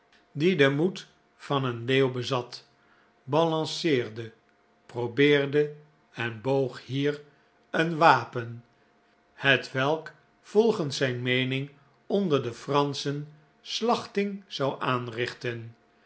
die den moed van een leeuw bezat balanceerde probeerde en boog hier een wapen hetwelk volgens zijn meening onder de franschen slachting zou aanrichten